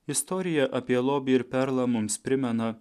istorija apie lobį ir perlą mums primena